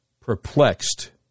perplexed